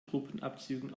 truppenabzügen